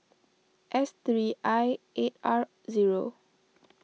S three I eight R zero